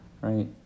right